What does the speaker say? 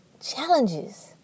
challenges